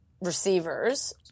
receivers